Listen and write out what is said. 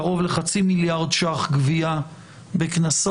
קרוב לחצי מיליארד שקלים גבייה בקנסות.